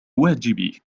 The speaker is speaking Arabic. واجبي